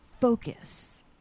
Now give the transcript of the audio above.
focus